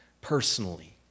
personally